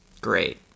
great